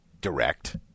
direct